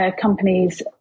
companies